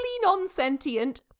non-sentient